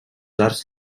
arcs